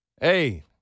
Hey